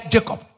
Jacob